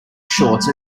shorts